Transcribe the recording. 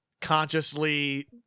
consciously